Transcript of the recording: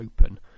open